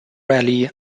rarely